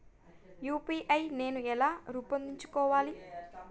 UPI నేను ఎలా రూపొందించుకోవాలి?